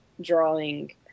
drawing